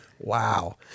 Wow